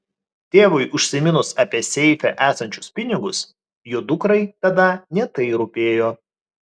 tėvui užsiminus apie seife esančius pinigus jo dukrai tada ne tai rūpėjo